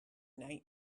night